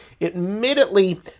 admittedly